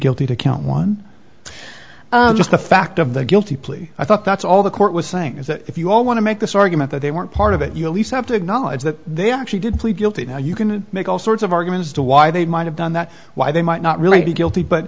guilty to count one just the fact of the guilty plea i thought that's all the court was saying is that if you all want to make this argument that they weren't part of it you least have to acknowledge that they actually did plead guilty now you can make all sorts of arguments to why they might have done that why they might not really be guilty but